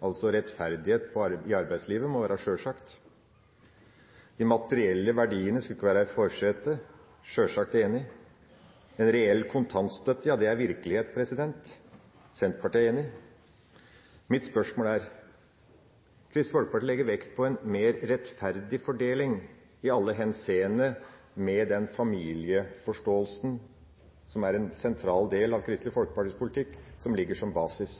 altså må rettferdighet i arbeidslivet være sjølsagt. De materielle verdiene skulle ikke være i forsetet. Senterpartiet er sjølsagt enig. En reell kontantstøtte – ja, det er virkelighet. Senterpartiet er enig. Mitt spørsmål er: Hvis Kristelig Folkeparti legger vekt på en mer rettferdig fordeling i alle henseende – med den familieforståelsen som er en sentral del av Kristelig Folkepartis politikk, som ligger som basis